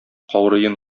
каурыен